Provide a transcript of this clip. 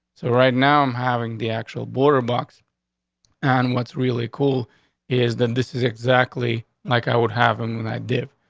so right now i'm having the actual border box on. and what's really cool is that this is exactly like i would have him when i did.